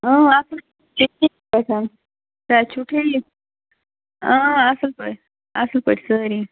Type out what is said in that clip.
اَصٕل پٲٹھۍ پٲٹھۍ صحت چھُو ٹھیٖک اَصٕل پٲٹھۍ اَصٕل پٲٹھۍ سٲری